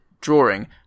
drawing